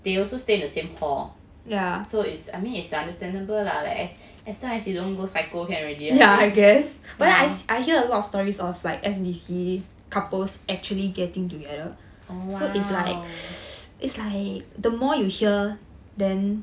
they also stay in the same hall so it's I mean it's understandable lah eh as long as you don't go psycho can already lah oh !wow!